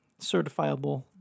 Certifiable